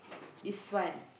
is fun